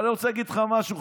אבל אני רוצה להגיד לך משהו,